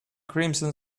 crimson